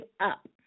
up